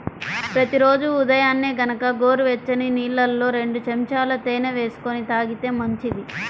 ప్రతి రోజూ ఉదయాన్నే గనక గోరువెచ్చని నీళ్ళల్లో రెండు చెంచాల తేనె వేసుకొని తాగితే మంచిది